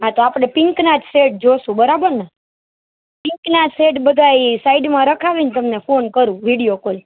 હા તો આપણે પિંકના જ શેડ જોઈશું બરાબરને પિંકના શેડ બધાય સાઈડમાં રખાવી તમને ફોન હું કરું વિડિયો કોલ